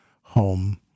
home